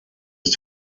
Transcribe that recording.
ist